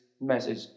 message